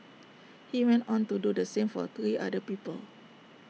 he went on to do the same for three other people